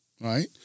Right